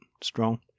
strong